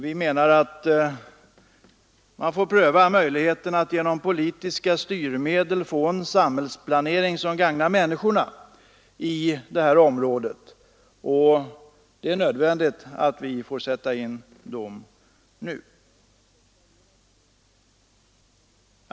Vi menar att man får pröva möjligheterna att genom politiska styrmedel få en samhällsplanering som gagnar människorna i detta område, och det är nödvändigt att vi får sätta in dessa styrmedel nu.